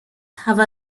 have